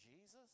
Jesus